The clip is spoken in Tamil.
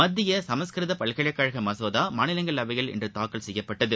மத்திய சமஸ்கிருத பல்கலைக்கழக மசோதா மாநிலங்களவையில் இன்று தாக்கல் செய்யப்பட்டது